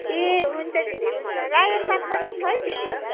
ए हुन्छ दिदी हुन्छ रायो साग पनि छै दिदी